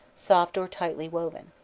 soft or tightly woven.